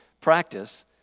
practice